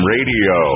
Radio